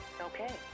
Okay